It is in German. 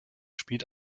spielt